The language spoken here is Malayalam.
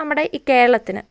നമ്മുടെ ഈ കേരളത്തിന്